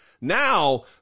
Now